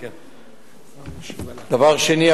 דבר שני,